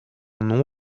nom